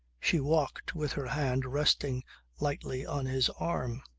she walked with her hand resting lightly on his arm.